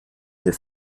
der